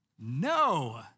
no